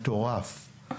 מטורף.